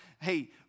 Hey